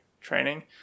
training